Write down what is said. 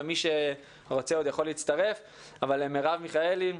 ומי שרוצה עוד יכול להצטרף הם: מרב מיכאלי,